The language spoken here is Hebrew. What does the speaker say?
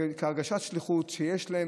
בהרגשת שליחות שיש להם.